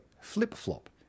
flip-flop